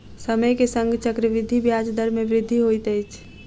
समय के संग चक्रवृद्धि ब्याज दर मे वृद्धि होइत अछि